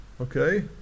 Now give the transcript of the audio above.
okay